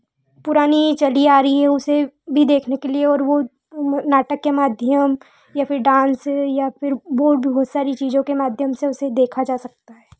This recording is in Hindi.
पुरानी चली आ रही है उसे भी देखने के लिए और वह नाटक के माध्यम या फिर डांस या फिर बहुत सारी चीज़ों के माध्यम से उसे देखा जा सकता है